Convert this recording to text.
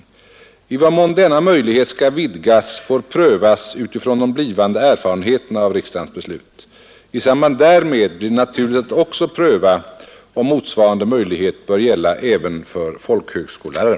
I vad mån denna möjlighet skall vidgas får prövas utifrån de blivande erfarenheterna av riksdagens beslut. I samband därmed blir det naturligt att också pröva om motsvarande möjlighet bör gälla även för folkhögskollärare.